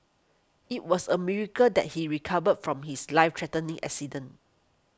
it was a miracle that he recovered from his life threatening accident